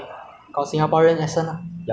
well this project is a N_U_S project